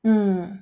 mm